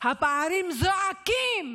הפערים זועקים,